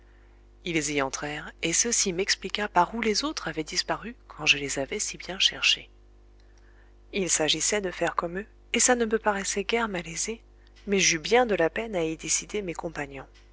ils y entrèrent et ceci m'expliqua par où les autres avaient disparu quand je les avais si bien cherchés il s'agissait de faire comme eux et ça ne me paraissait guère malaisé mais j'eus bien de la peine à y décider mes compagnons